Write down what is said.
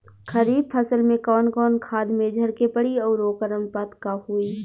खरीफ फसल में कवन कवन खाद्य मेझर के पड़ी अउर वोकर अनुपात का होई?